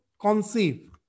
conceive